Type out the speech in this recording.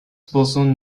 boson